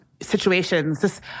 situations